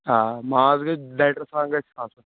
آ ماز گَژھِ سان گَژھِ آسُن